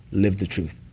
live the truth.